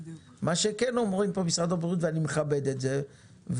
מה שכן אומר כאן משרד הבריאות ואני מכבד את זה,